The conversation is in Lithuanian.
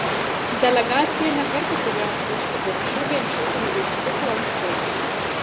delegacija ne kartą turėjo atmušti gobšių genčių kunigaikštukų antpuolius